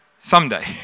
someday